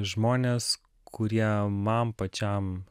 žmonės kurie man pačiam